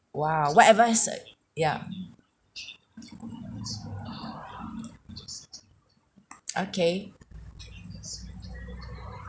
[wah] whatever has uh ya okay